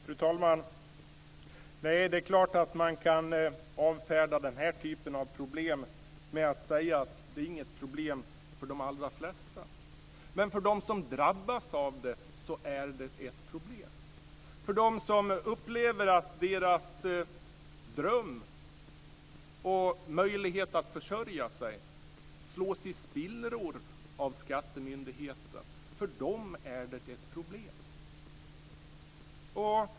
Fru talman! Det är klart att man kan avfärda den här typen av problem med att säga att det inte är något problem för de allra flesta. Men för dem som drabbas av det är det ett problem. För dem som upplever att deras dröm och möjlighet att försörja sig slås i spillror av skattemyndigheten är det ett problem.